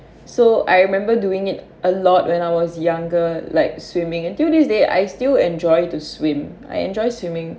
so I remember doing it a lot when I was younger like swimming till this day I still enjoy to swim I enjoy swimming